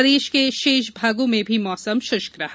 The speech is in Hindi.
प्रदेश के शेष भागों में भी मौसम शष्क रहा